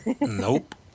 Nope